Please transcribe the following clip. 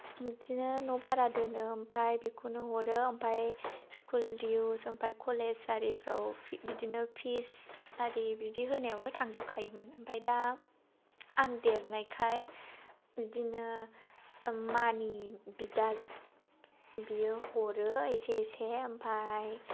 बिदिनो न' भारा दोनो ओमफाय बेखौनो हरो ओमफाय स्कुल डिउज ओमफाय कलेज आरिफ्राव बिदिनो फिस आरि बिदि होनायावनो थांजोबखायोमोन ओम्फाय दा आं देरनायखाय बिदिनो मानि बिदा बियो हरो एसे एसे ओमफाय